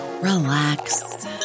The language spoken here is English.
relax